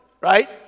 right